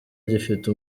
gifite